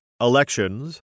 elections